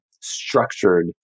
structured